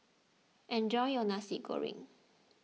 enjoy your Nasi Goreng